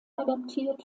adaptiert